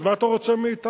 אז מה אתה רוצה מאתנו?